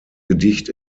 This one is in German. gedicht